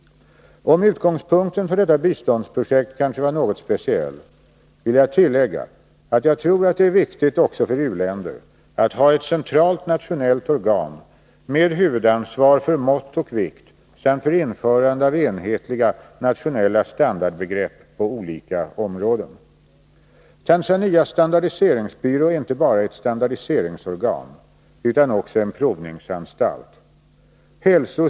Om utgångspunkten för detta biståndsprojekt kanske var något speciell vill jag tilläggå att jag tror att det är viktigt också för u-länder att ha ett centralt nationellt organ med huvudansvar för mått och vikt samt för införande av enhetliga nationella standardbegrepp på olika områden. Tanzanias standardiseringsbyrå är inte bara ett standardiseringsorgan utan också en provningsanstalt. Livsmedelsprovning och livsmedelsstandarder är av särskild betydelse för ett jordbruksland som Tanzania.